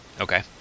okay